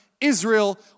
Israel